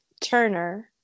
Turner